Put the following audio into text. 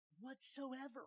whatsoever